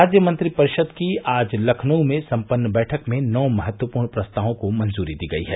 राज्य मंत्रिपरिषद की आज लखनऊ में सम्पन्न बैठक में नौ महत्वपूर्ण प्रस्तावों को मंजूरी दी गई है